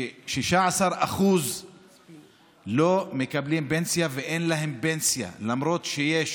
16% לא מקבלים פנסיה ואין להם פנסיה, למרות שיש